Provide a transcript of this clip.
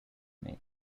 make